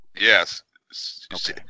yes